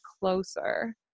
closer